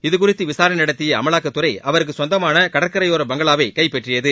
இதுகுறித்து விசாரணை நடத்திய அமலாக்கத்துறை அவருக்கு சொந்தமான கடற்கரையோர பங்களாவை கைப்பற்றியது